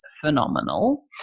phenomenal